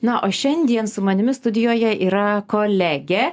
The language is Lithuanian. na o šiandien su manimi studijoje yra kolegė